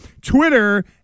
Twitter